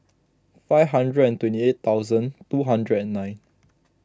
five hundred and twenty eight thousand two hundred and nine